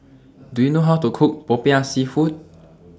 Do YOU know How to Cook Popiah Seafood